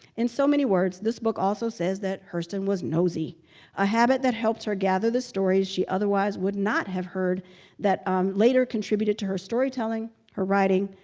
in so many words, this book also says that hurston was nosey a habit that helped her gather the stories she otherwise would not have heard that later contributed to her storytelling, her writing,